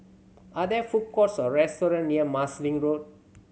are there food courts or restaurant near Marsiling Road